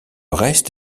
reste